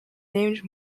named